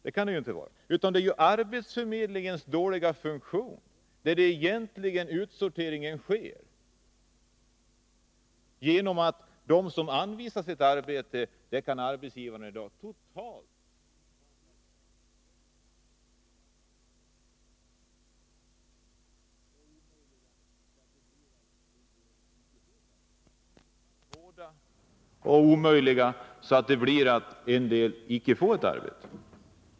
Den egentliga utsorteringen sker på arbetsförmedlingen. Den arbetssökande anvisas ett arbete, men arbetsgivaren kan i dag totalt nonchalera denna anvisning. Vi vet ju vilka krav som ställs på den som söker arbete. De är så pass hårda och omöjliga att en del sökande inte kan få ett arbete.